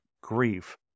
grief